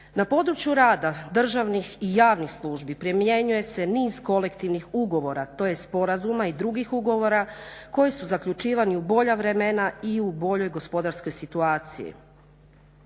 Na području rada državnih i javnih službi primjenjuje se niz kolektivnih ugovora tj. sporazuma i drugih ugovora koji su zaključivani u bolja vremena i u boljoj gospodarskoj situaciji.